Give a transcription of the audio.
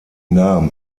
nahm